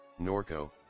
Norco